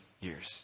years